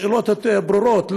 השאלות ברורות,